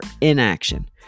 inaction